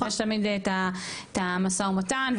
יש תמיד את ה משא ומתן,